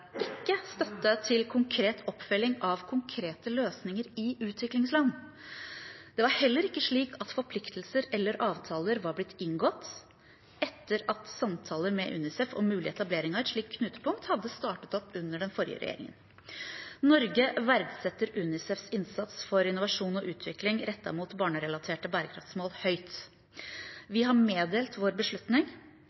ikke støtte – til konkret oppfølging av konkrete løsninger i utviklingsland. Det var heller ikke slik at forpliktelser eller avtaler var blitt inngått – etter at samtaler med UNICEF om mulig etablering av et slikt knutepunkt hadde startet opp under den forrige regjeringen. Norge verdsetter UNICEFs innsats for innovasjon og utvikling rettet mot barnerelaterte bærekraftsmål høyt.